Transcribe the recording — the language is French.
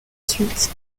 suite